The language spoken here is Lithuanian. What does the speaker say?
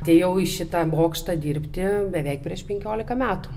atėjau į šitą bokštą dirbti beveik prieš penkiolika metų